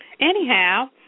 Anyhow